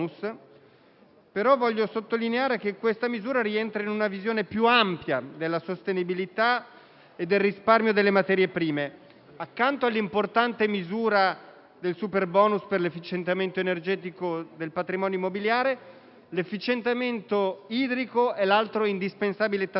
ma voglio sottolineare che questa misura rientra in una visione più ampia della sostenibilità e del risparmio delle materie prime. Accanto all'importante misura del superbonus per l'efficientamento energetico del patrimonio immobiliare, l'efficientamento idrico è l'altro indispensabile tassello.